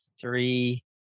three